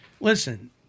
Listen